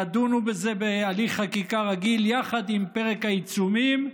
תדונו בזה בהליך חקיקה רגיל יחד עם פרק העיצומים,